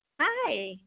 Hi